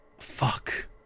Fuck